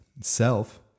self